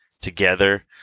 Together